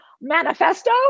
manifesto